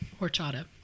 horchata